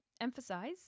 emphasize